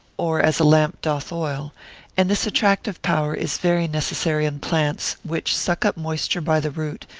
or as a lamp doth oil and this attractive power is very necessary in plants, which suck up moisture by the root,